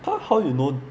!huh! how you know